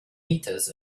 meters